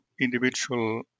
individual